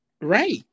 Right